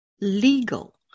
legal